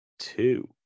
Two